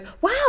wow